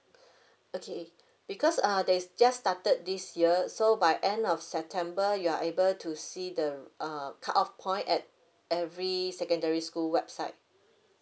okay because uh they just started this year so by end of september you are able to see the uh cut off point at every secondary school website